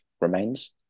remains